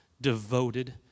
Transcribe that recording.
devoted